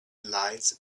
lights